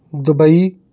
Dubai